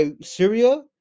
Syria